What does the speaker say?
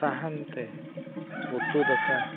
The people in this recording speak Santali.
ᱥᱟᱦᱟᱱᱛᱮ ᱩᱛᱩ ᱫᱟᱠᱟ